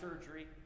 surgery